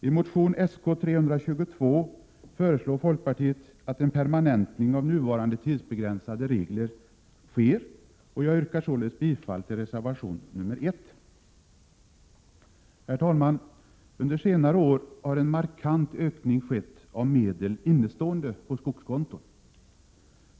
I motion Sk322 föreslår folkpartiet en permanentning av nuvarande tidsbegränsade regler, och jag yrkar således bifall till reservation 1. Herr talman! Under senare år har en markant ökning skett av medel innestående på skogskonton.